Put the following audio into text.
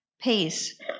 Peace